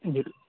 ਜੀ